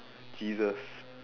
Jesus